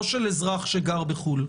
לא של אזרח שגר בחו"ל?